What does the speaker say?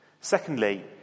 Secondly